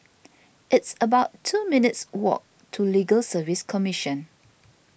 it's about two minutes' walk to Legal Service Commission